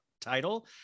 title